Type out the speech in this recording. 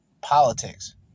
politics